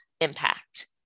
impact